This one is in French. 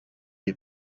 est